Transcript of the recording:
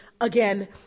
again